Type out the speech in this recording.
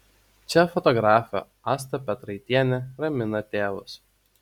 čia fotografė asta petraitienė ramina tėvus